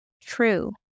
true